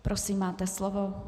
Prosím, máte slovo.